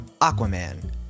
Aquaman